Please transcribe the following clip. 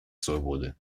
свободы